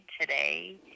today